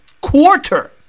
quarter